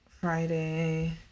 Friday –